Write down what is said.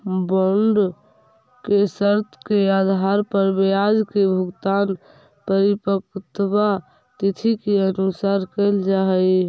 bond के शर्त के आधार पर ब्याज के भुगतान परिपक्वता तिथि के अनुसार कैल जा हइ